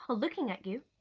looking at you,